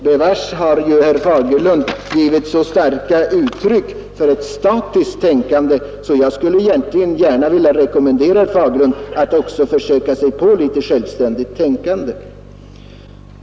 Herr Fagerlund har bevars givit så starka uttryck för ett statiskt tänkande att jag egentligen skulle vilja rekommendera honom att försöka sig på litet självständigt tänkande.